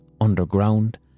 underground